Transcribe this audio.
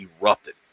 erupted